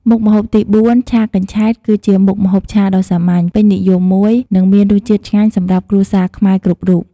មុខម្ហូបទីបួន ឆាកញ្ឆែត គឺជាមុខម្ហូបឆាដ៏សាមញ្ញ ពេញនិយមមួយ និងមានរសជាតិឆ្ងាញ់សម្រាប់គ្រួសារខ្មែរគ្រប់រូប។